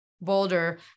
Boulder